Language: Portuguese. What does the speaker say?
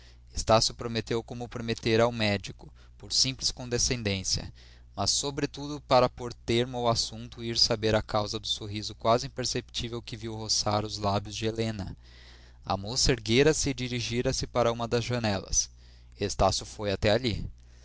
estácio prometeu como prometera ao médico por simples condescendência mas sobretudo para pôr termo ao assunto e ir saber a causa do sorriso quase imperceptível que viu roçar os lábios de helena a moça erguera-se e dirigira se para uma das janelas estácio foi até ali